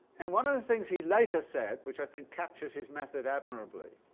and one of the things he later said, which i think captures his method admirably,